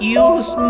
use